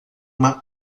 uma